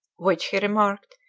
which, he remarked,